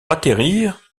atterrir